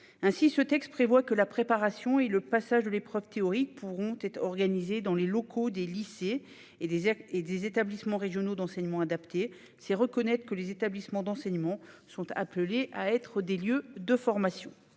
Aussi, ce texte permet que la préparation et le passage de l'épreuve théorique soient organisés dans les locaux des lycées et des établissements régionaux d'enseignement adapté. C'est reconnaître que les établissements d'enseignement sont appelés à être des lieux de formation.